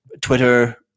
Twitter